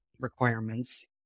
requirements